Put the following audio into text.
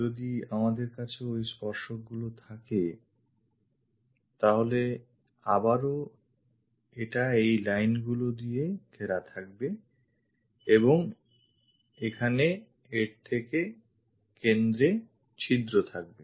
যদি আমাদের কাছে ওই স্পর্শক গুলি থাকে তাহলে আবারও এটা এই লাইন গুলি দিয়ে ঘেরা থাকবে এবং এখানে এর কেন্দ্রে ছিদ্র থাকবে